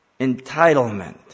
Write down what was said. Entitlement